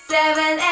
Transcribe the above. seven